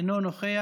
אינו נוכח.